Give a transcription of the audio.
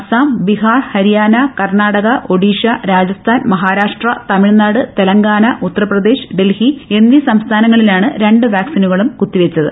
അസം ബിഹാർ ഹരിയാണ കർണാടക ഒഡീഷ രാജസ്ഥാൻ മഹാരാഷ്ട്ര തമിഴ്നാട് തെലങ്കാന ഉത്തർപ്രദേശ് ഡൽഹി എന്നീ സംസ്ഥാനങ്ങളിലാണ് രണ്ട് വാക്സിനുകളും കുത്തിവെച്ചത്